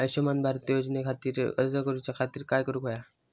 आयुष्यमान भारत योजने खातिर अर्ज करूच्या खातिर काय करुक होया?